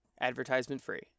advertisement-free